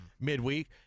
midweek